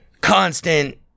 constant